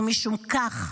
ומשום כך,